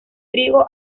trigo